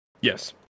Yes